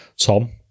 Tom